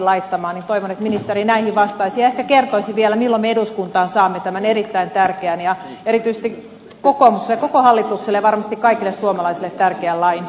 toivon että ministeri näihin vastaisi ja ehkä kertoisi vielä milloin me eduskuntaan saamme tämän erittäin tärkeän ja erityisesti kokoomukselle koko hallitukselle ja varmasti kaikille suomalaisille tärkeän lain